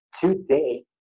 today